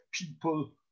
people